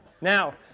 Now